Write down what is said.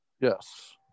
yes